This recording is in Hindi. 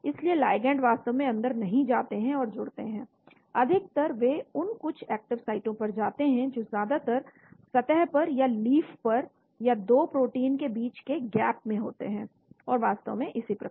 इसलिए लिगेंड वास्तव में अंदर नहीं जाते हैं और जुड़ते हैं अधिकतर वे उन कुछ एक्टिव साइटों पर जाते हैं जो ज्यादातर सतह पर या लीफ पर या 2 प्रोटीन के बीच के गैप में होते हैं और वास्तव में इसी प्रकार